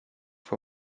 for